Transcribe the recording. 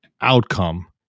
outcome